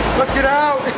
let's get out!